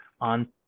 on